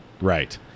Right